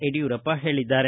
ಯಡಿಯೂರಪ್ಪ ಹೇಳಿದ್ದಾರೆ